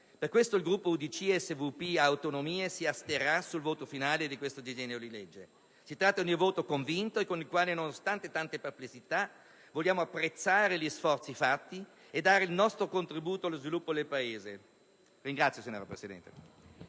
Per questo il Gruppo UDC, SVP e Autonomie si asterrà dal voto finale su questo disegno di legge. Si tratta di una posizione assunta in modo convinto e con la quale, nonostante tante perplessità, vogliamo apprezzare gli sforzi compiuti e dare il nostro contributo allo sviluppo del Paese.